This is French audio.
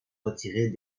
retirer